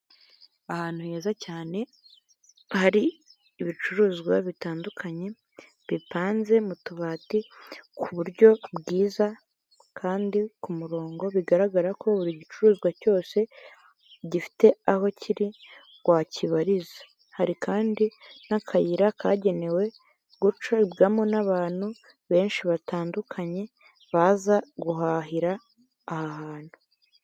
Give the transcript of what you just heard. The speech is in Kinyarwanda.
Ahantu heza cyane, hari ibicuruzwa bitandukanye, bipanze mu tubati ku buryo bwiza kandi ku murongo, bigaragara ko buri gicuruzwa cyose gifite aho kiri, wakibariza. Hari kandi n'akayira kagenewe gucaribwamo n'abantu benshi batandukanye, baza guhahira aha hantu.